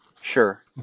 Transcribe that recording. Sure